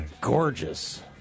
gorgeous